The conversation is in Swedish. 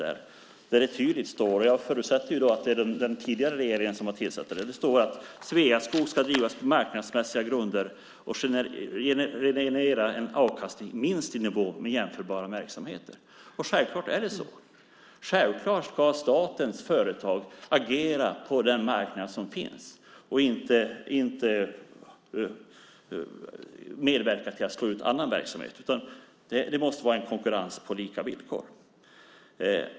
Det står tydligt, och jag förutsätter att det är den tidigare regeringen som har sett till det, att Sveaskog ska drivas på marknadsmässiga grunder och generera en avkastning minst i nivå med jämförbara verksamheter. Självklart är det så. Självklart ska statens företag agera på den marknad som finns och inte medverka till att slå ut annan verksamhet. Det måste vara en konkurrens på lika villkor.